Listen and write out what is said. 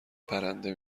پرنده